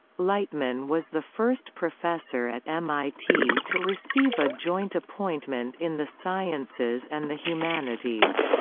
lightman was the first professor at mit to receive a joint appointment in the sciences and the humanities.